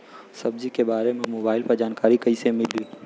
सब्जी के बारे मे मोबाइल पर जानकारी कईसे मिली?